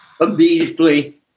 immediately